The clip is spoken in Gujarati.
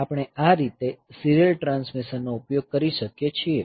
આપણે આ રીતે સીરીયલ ટ્રાન્સમિશનનો ઉપયોગ કરી શકીએ છીએ